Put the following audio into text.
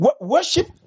Worship